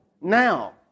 now